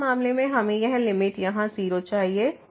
तो इस मामले में यह लिमिट यहां 0 है